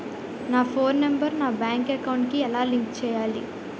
నా phone number నా bank account కి ఎలా లింక్ చేయాలి?